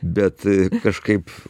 bet kažkaip